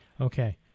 Okay